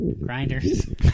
Grinders